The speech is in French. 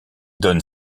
donne